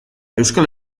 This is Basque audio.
euskal